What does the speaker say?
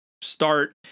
start